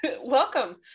welcome